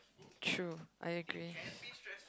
true I agree